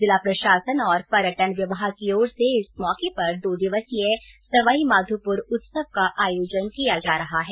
जिला प्रशासन और पर्यटन विभाग की ओर से इस मौके पर दो दिवसीय सवाईमाघोपुर उत्सव का आयोजन किया जा रहा है